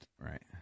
Right